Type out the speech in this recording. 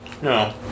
No